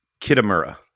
Kitamura